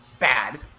Bad